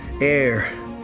Air